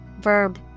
verb